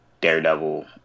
daredevil